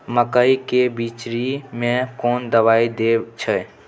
मकई के बिचरी में कोन दवाई दे छै?